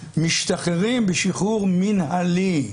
משתחררים בשחרור מינהלי.